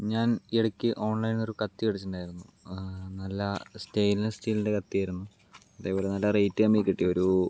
ഞാൻ ഇടയ്ക്ക് ഓൺലൈനിൽ നിന്നൊരു കത്തി മേടിച്ചിട്ടുണ്ടായിരുന്നു നല്ല സ്റ്റെയിൻലെസ് സ്റ്റീലിൻ്റെ കത്തിയായിരുന്നു ഇതേപോലെ നല്ല റേറ്റ് കമ്മിയിൽ കിട്ടിയ ഒരു